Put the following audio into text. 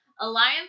Alliance